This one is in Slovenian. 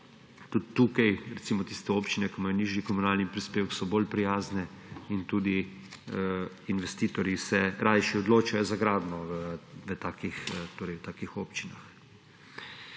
Tudi tukaj, recimo tiste občine, ki imajo nižji komunalni prispevek, so bolj prijazne in tudi investitorji se rajši odločajo za gradnjo v takih občinah.